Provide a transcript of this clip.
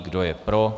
Kdo je pro?